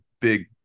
big